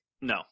No